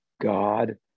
God